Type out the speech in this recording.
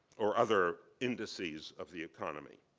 or other indices of the economy.